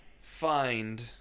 find